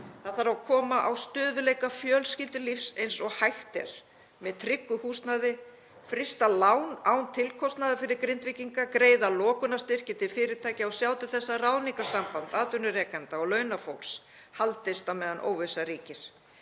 Það þarf að koma á stöðugleika fjölskyldulífs eins og hægt er með tryggu húsnæði, frysta lán án tilkostnaðar fyrir Grindvíkinga, greiða lokunarstyrki til fyrirtækja og sjá til þess að ráðningarsamband atvinnurekenda og launafólks haldist á meðan óvissa ríkir.